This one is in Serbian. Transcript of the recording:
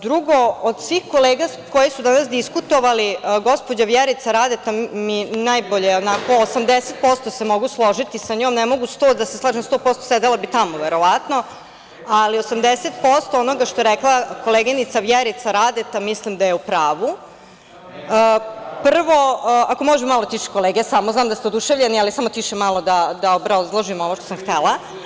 Drugo, od svih kolega koje su danas diskutovale, gospođa Vjerica Radeta mi je najbolja, oko 80% se mogu složiti sa njom, ne mogu da se slažem 100% jer sedela bi tamo verovatno, ali 80% onoga što je rekla koleginica Vjerica Radeta mislim da je u pravu. (Narodni poslanici SRS, dobacuju.) Ako može malo tiše kolege, znam da ste oduševljeni, ali samo malo tiše da obrazložim ovo što sam htela.